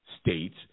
states